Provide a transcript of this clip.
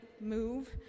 MOVE